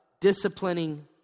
disciplining